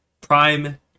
Prime